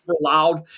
loud